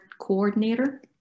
coordinator